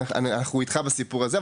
אנחנו איתך בסיפור הזה.